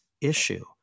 issue